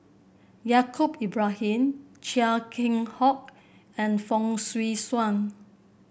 Yaacob Lbrahim Chia Keng Hock and Fong Swee Suan